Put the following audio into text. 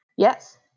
Yes